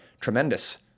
tremendous